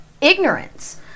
ignorance